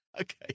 Okay